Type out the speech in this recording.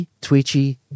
twitchy